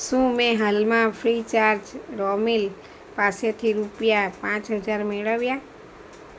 શું મેં હાલમાં ફ્રીચાર્જ રોમિલ પાસેથી રૂપિયા પાંચ હજાર મેળવ્યા